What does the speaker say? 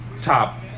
Top